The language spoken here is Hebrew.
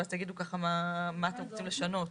ואז תגידו מה אתם רוצים לשנות,